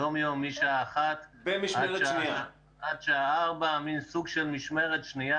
יום-יום משעה 13:00 עד שעה 16:00. במשמרת שנייה.